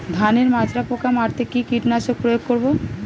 ধানের মাজরা পোকা মারতে কি কীটনাশক প্রয়োগ করব?